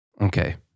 Okay